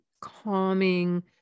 calming